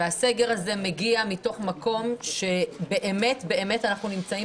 והסגר הזה מגיע מתוך מקום שבאמת באמת אנחנו נמצאים